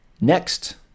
next